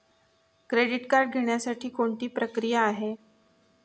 Credit card घेण्यासाठी कोणती प्रक्रिया आहे?